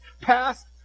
passed